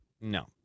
No